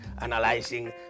analyzing